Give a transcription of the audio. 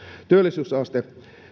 työllisyysaste